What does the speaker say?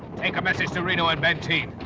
take a message to reno and benteen.